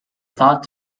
thought